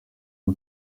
uba